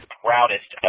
proudest